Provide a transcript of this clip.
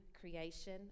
creation